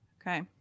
okay